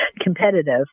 competitive